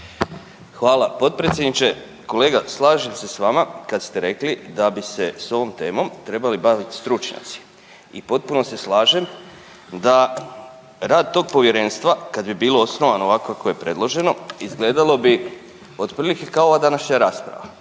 Hvala potpredsjedniče. Kolega slažem se s vama kad ste rekli da bi se s ovom temom trebali baviti stručnjaci. I potpuno se slažem da rad tog povjerenstva kad bi bilo osnovano ovako kako je predloženo izgledalo bi otprilike kao ova današnja rasprava.